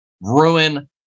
ruin